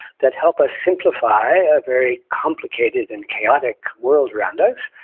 that help us simplify our very complicated and chaotic world around us,